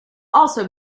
also